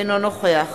אינו נוכח